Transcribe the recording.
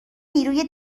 نیروی